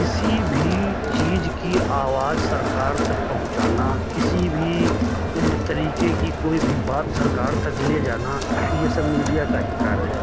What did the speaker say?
किसी भी चीज की आवाज सरकार तक पहुँचाना किसी भी तरीके की कोई भी बात सरकार तक ले जाना ये सब मीडिया का ही कार्य है